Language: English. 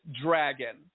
dragon